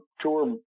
Tour